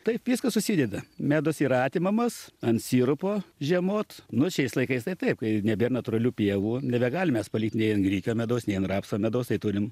taip viskas susideda medus yra atimamas an sirupo žiemot nu šiais laikais tai taip kai nebėr natūralių pievų nebegalim mes palikt nei an grikio medaus nei an rapso medaus tai turim